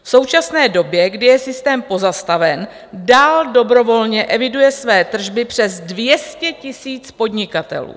V současné době, kdy je systém pozastaven, dál dobrovolně eviduje své tržby přes 200 tisíc podnikatelů.